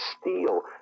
steal